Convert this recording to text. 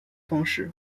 方式